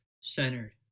centered